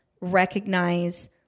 recognize